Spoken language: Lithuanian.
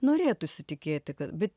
norėtųsi tikėti kad bet